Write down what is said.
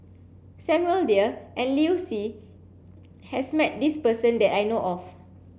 Samuel Dyer and Liu Si has met this person that I know of